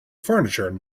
furniture